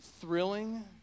thrilling